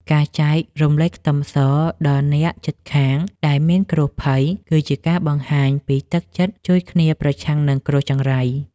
ការចែករំលែកខ្ទឹមសដល់អ្នកជិតខាងដែលមានគ្រោះភ័យគឺជាការបង្ហាញពីទឹកចិត្តជួយគ្នាប្រឆាំងនឹងគ្រោះចង្រៃ។